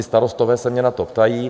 Starostové se mě na to ptají.